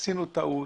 עשינו טעות.